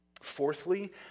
Fourthly